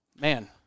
man